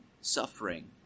suffering